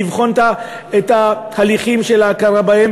ויש לבחון את ההליכים של ההכרה בהם.